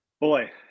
boy